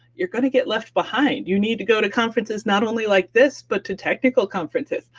you're going to get left behind. you need to go to conferences not only like this, but to technical conferences.